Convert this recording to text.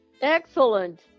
Excellent